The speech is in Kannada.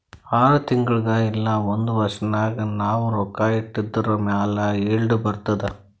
ಆರ್ ತಿಂಗುಳಿಗ್ ಇಲ್ಲ ಒಂದ್ ವರ್ಷ ನಾಗ್ ನಾವ್ ರೊಕ್ಕಾ ಇಟ್ಟಿದುರ್ ಮ್ಯಾಲ ಈಲ್ಡ್ ಬರ್ತುದ್